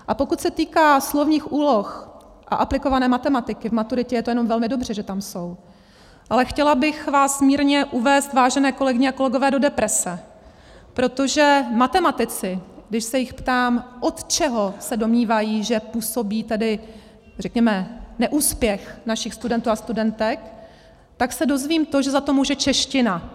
A pokud se týká slovních úloh a aplikované matematiky, v maturitě je to jenom velmi dobře, že tam jsou, ale chtěla bych vás mírně uvést, vážené kolegyně a kolegové, do deprese, protože matematici, když se jich ptám, od čeho se domnívají, že působí tedy řekněme neúspěch našich studentů a studentek, tak se dozvím to, že za to může čeština.